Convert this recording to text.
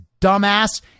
dumbass